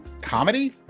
comedy